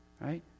right